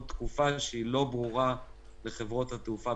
תקופה שהיא לא ברורה בכלל לחברות התעופה,